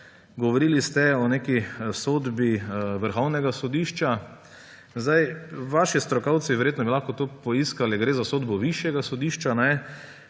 Govorili ste o neki sodbi Vrhovnega sodišča. Vaši strokovci bi verjetno lahko to poiskali, gre za sodbo višjega sodišča.